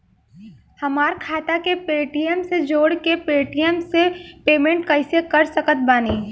हमार खाता के पेटीएम से जोड़ के पेटीएम से पेमेंट कइसे कर सकत बानी?